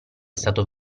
stato